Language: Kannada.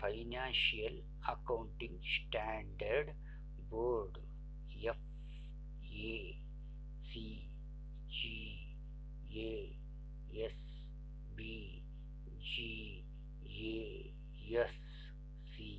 financial accounting standard board FAC, GASB, GASC